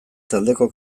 taldeko